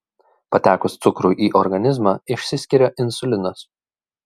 patekus cukrui į organizmą išsiskiria insulinas